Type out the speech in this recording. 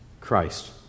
Christ